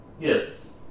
Yes